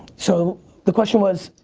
so the question was?